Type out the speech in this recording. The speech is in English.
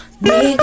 Make